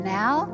now